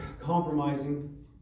compromising